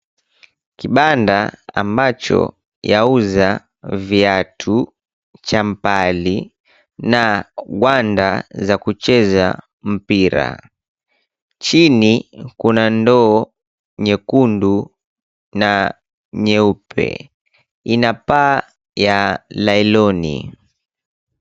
Kibanda ambacho yauza viatu, champali na gwanda za kucheza mpira. Chini kuna ndoo nyekundu na nyeupe, inapaa ya nylon .